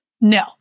No